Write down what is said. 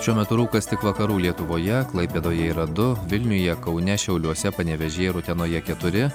šiuo metu rūkas tik vakarų lietuvoje klaipėdoje yra du vilniuje kaune šiauliuose panevėžyje ir utenoje keturi